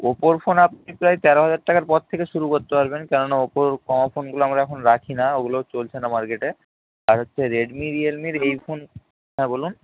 ওপোর phone আপনি প্রায় তেরো হাজার টাকার পর থেকে শুরু করতে পারবেন কেননা ওপোর কমা ফোনগুলো আমরা এখন রাখি না ওগুলো চলছে না মার্কেটে আর হচ্ছে রেডমি রিয়েলমির এই ফোন হ্যাঁ বলুন